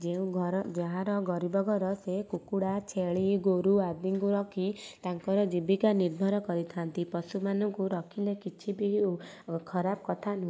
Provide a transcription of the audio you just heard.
ଯେଉଁ ଘର ଯାହାର ଗରିବ ଘର ସେ କୁକୁଡ଼ା ଛେଳି ଗୋରୁ ଆଦିଙ୍କୁ ରଖି ତାଙ୍କର ଜୀବିକା ନିର୍ଭର କରିଥାଆନ୍ତି ପଶୁମାନଙ୍କୁ ରଖିଲେ କିଛି ବି ଓ ଖରାପ କଥା